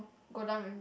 go down with me